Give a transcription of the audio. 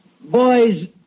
Boys